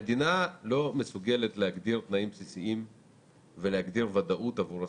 המדינה לא מסוגלת להגדיר תנאים בסיסיים ולהגדיר ודאות עבור הסטודנטים.